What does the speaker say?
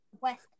West